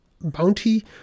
bounty